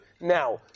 now